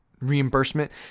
reimbursement